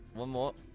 one more